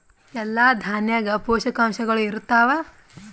ಎಲ್ಲಾ ದಾಣ್ಯಾಗ ಪೋಷಕಾಂಶಗಳು ಇರತ್ತಾವ?